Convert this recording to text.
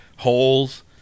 Holes